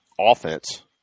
Offense